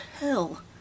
hell